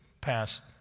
past